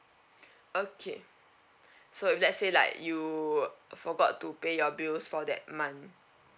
okay so if let's say like you forgot to pay your bills for that month